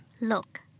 Look